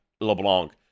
LeBlanc